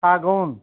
सागौन